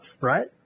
right